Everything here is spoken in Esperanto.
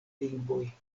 lingvoj